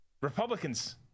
Republicans